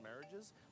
marriages